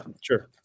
sure